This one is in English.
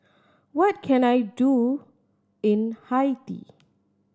what can I do in Haiti